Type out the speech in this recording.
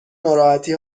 ناراحتی